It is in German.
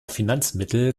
finanzmittel